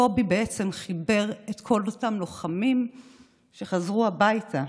קובי בעצם חיבר את כל אותם לוחמים שחזרו הביתה.